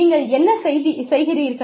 நீங்கள் என்ன செய்கிறீர்கள்